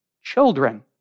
children